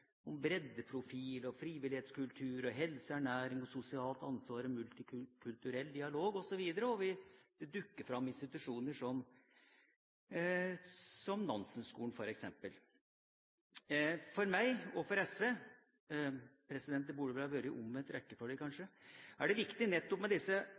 frivillighetskultur, helse og ernæring, sosialt ansvar, multikulturell dialog osv., og det dukker fram institusjoner som Nansen-skolen f.eks. For meg og for SV – det burde vel vært i omvendt rekkefølge kanskje – er det viktig med disse